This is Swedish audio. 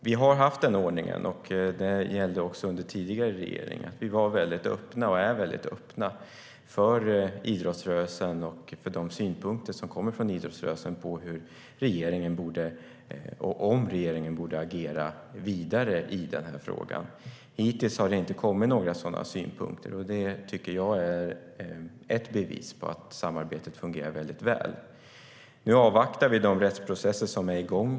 Vi har haft den ordningen, och den gällde också under tidigare regeringar, att vara väldigt öppna för de synpunkter som kommer från idrottsrörelsen när det gäller om och hur regeringen borde agera i den här frågan. Hittills har det inte kommit några sådana synpunkter. Det tycker jag är ett bevis på att samarbetet fungerar väldigt väl. Nu avvaktar vi de rättsprocesser som är i gång.